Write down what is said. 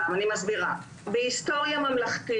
עוד פעם, אני מסבירה: בהיסטוריה ממלכתי